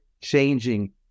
changing